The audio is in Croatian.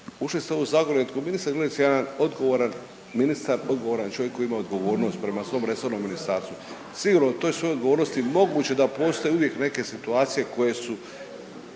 Grlić je jedan odgovoran ministar, odgovoran je čovjek koji ima odgovornost prema svom resornom ministarstvu. Sigurno u toj svojoj odgovornosti moguće da postoje uvijek neke situacije koje su